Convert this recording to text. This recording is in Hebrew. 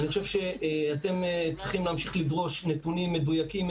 אני חושב שאתם צריכים להמשיך לדרוש נתונים מדויקים,